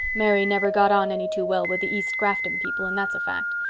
mary never got on any too well with the east grafton people and that's a fact.